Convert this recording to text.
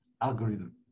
algorithm